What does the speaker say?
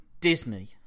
Disney